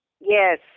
Yes